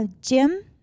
Jim